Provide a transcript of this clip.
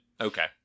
Okay